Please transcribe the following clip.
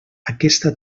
aquesta